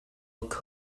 look